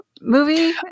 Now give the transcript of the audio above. movie